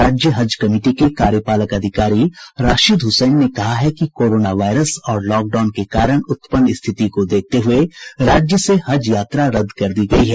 राज्य हज कमिटी के कार्यपालक अधिकारी राशिद हुसैन ने कहा है कि कोरोना वायरस और लॉकडाउन के कारण उत्पन्न स्थिति को देखते हुये राज्य से हज यात्रा रद्द कर दी गयी है